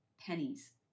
pennies